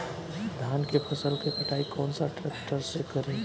धान के फसल के कटाई कौन सा ट्रैक्टर से करी?